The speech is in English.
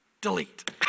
delete